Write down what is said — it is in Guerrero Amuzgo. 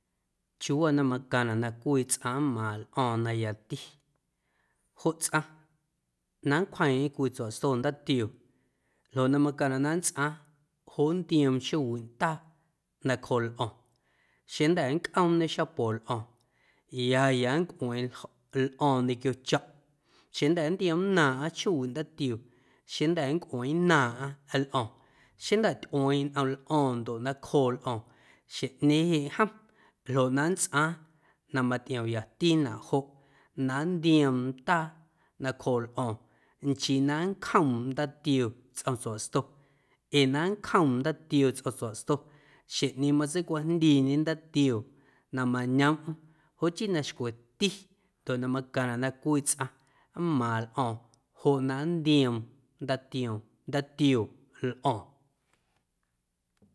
Chiuuwaa na macaⁿnaꞌ na cwii tsꞌaⁿ nmaaⁿ lꞌo̱o̱ⁿ na yati joꞌ tsꞌaⁿ na nncwjeeⁿꞌeⁿ cwii tsuaꞌsto ndaatioo ljoꞌ na macaⁿnaꞌ na nntsꞌaaⁿ joꞌ nntioom chjoowiꞌ ndaa nacjooꞌ lꞌo̱o̱ⁿ xeⁿjnda̱ nncꞌoomñe xapo lꞌo̱o̱ⁿ ya ya nncꞌueeⁿ lꞌo̱o̱ⁿ ñequio chomꞌ xeⁿjnda̱ nntioomnaaⁿꞌaⁿ chjoowiꞌ ndaatioo xeⁿjnda̱ nncꞌueeⁿnaaⁿꞌaⁿ lꞌo̱o̱ⁿ xeⁿjnda̱ tyꞌueeⁿ nꞌom lꞌo̱o̱ⁿ ndoꞌ nacjooꞌ lꞌo̱o̱ⁿ xeꞌñeeⁿ jeꞌ jom ljoꞌ na nntsꞌaaⁿ na matꞌioyatinaꞌ joꞌ na nntioom ndaa nacjooꞌ lꞌo̱o̱ⁿ nchii na nncjoom ndaatioo tsꞌom tsuaꞌsto ee na nncjoom ndaatioo tsꞌom tsuaꞌsto xjeⁿꞌñeeⁿ matseicwajndiiñe ndaatioo na mañoomꞌm joꞌ chii na xcweti ndoꞌ na macaⁿnaꞌ na cwii tsꞌaⁿ nmaaⁿ lꞌo̱o̱ⁿ joꞌ na nntioom ndaatioom, ndaatioo lꞌo̱o̱ⁿ.